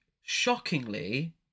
shockingly